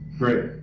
Great